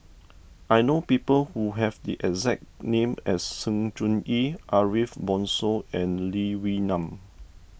I know people who have the exact name as Sng Choon Yee Ariff Bongso and Lee Wee Nam